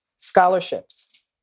scholarships